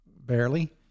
barely